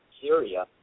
Syria